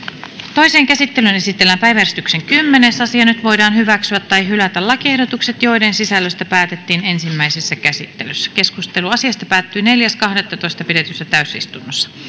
toiseen käsittelyyn esitellään päiväjärjestyksen kymmenes asia nyt voidaan hyväksyä tai hylätä lakiehdotukset joiden sisällöstä päätettiin ensimmäisessä käsittelyssä keskustelu asiasta päättyi neljäs kahdettatoista kaksituhattaseitsemäntoista pidetyssä täysistunnossa